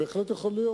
בהחלט יכול להיות.